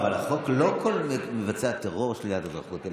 אבל החוק לא מדבר על שלילת אזרחות על